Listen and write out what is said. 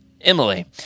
Emily